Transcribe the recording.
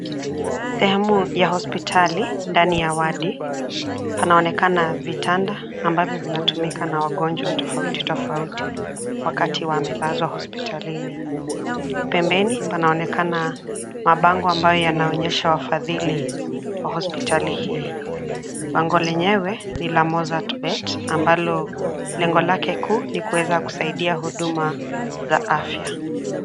Sehemu ya hospitali, ndani ya wadi, panaonekana vitanda, ambavyo vinatumika na wagonjwa tofauti tofauti, wakati wamelazwa hospitalini, pembeni, panaonekana, mabango yanayoonyesha wafadhili, wa hospitali hii, bango lenyewe, ni la Mozzart Bet ambalo, lengo lake kuu ni kuweza kusaidia huduma, za afya.